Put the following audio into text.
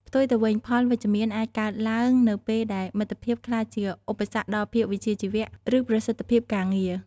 ផ្ទុយទៅវិញ ផលអវិជ្ជមាន អាចកើតឡើងនៅពេលដែលមិត្តភាពក្លាយជាឧបសគ្គដល់ភាពវិជ្ជាជីវៈ ឬប្រសិទ្ធភាពការងារ។